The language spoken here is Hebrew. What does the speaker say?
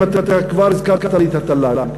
אם אתה כבר הזכרת לי את התל"ג,